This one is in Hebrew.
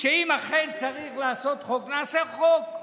שאם אכן צריך לעשות חוק, נעשה חוק,